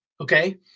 Okay